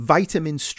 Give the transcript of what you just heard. Vitamin